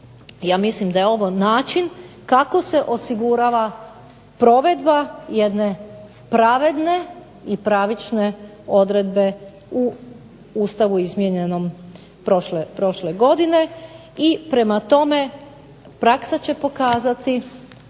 ja mislim da je ovo način kako se osigurava provedba jedne pravedne i pravične odredbe u Ustavu izmijenjenom prošle godine i prema tome praksa će pokazati